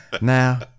now